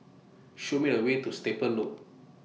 Show Me A Way to Stable Loop